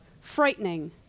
frightening